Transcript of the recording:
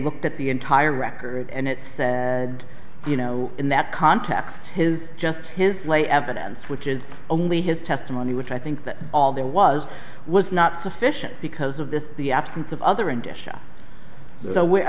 looked at the entire record and it said you know in that context his just his lay evidence which is only his testimony which i think that all there was was not sufficient because of this the absence of other